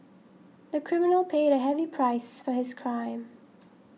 the criminal paid a heavy price for his crime